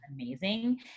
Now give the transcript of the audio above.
amazing